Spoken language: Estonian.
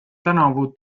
tänavu